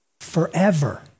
forever